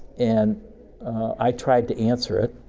and i tried to answer it,